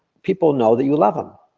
people know that you love them.